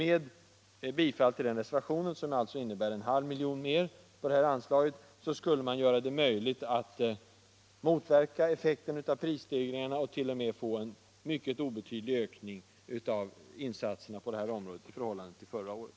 Ett bifall till reservationen, som alltså innebär en halv miljon kronor ytterligare på detta anslag, skulle göra det möjligt att motverka effekterna och prisstegringarna och att därutöver få en mycket obetydlig ökning av insatserna på detta område i förhållande till förra året.